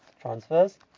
transfers